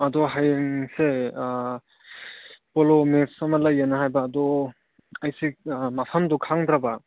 ꯑꯗꯣ ꯍꯌꯦꯡꯁꯦ polo match ꯑꯃ ꯂꯩꯌꯦꯅ ꯍꯥꯏꯕ ꯑꯗꯣ ꯑꯩꯁꯤ ꯃꯐꯝꯗꯨ ꯈꯪꯗ꯭ꯔꯕ